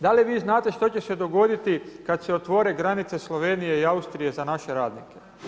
Da li vi znate što će se dogoditi kada se otvore granice Slovenije i Austrije za naše radnike.